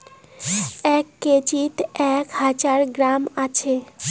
এক কেজিত এক হাজার গ্রাম আছি